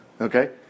Okay